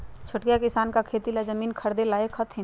छोटका किसान का खेती ला जमीन ख़रीदे लायक हथीन?